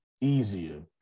easier